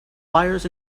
wires